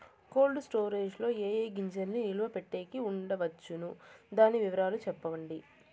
Cold storage లో ఏ ఏ గింజల్ని నిలువ పెట్టేకి ఉంచవచ్చును? దాని వివరాలు సెప్పండి?